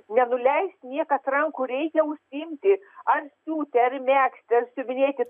nenuleist niekad rankų reikia užsiimti ar siūti ar megzti ar siuvinėti